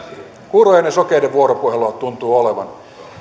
kuurojen ja sokeiden vuoropuhelua tuntuu olevan